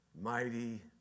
mighty